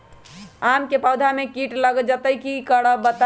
आम क पौधा म कीट लग जई त की करब बताई?